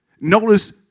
Notice